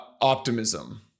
optimism